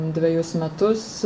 dvejus metus